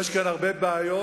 יש כאן הרבה בעיות,